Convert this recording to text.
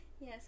Yes